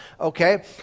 okay